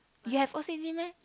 yes you o_c_d meh